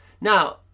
Now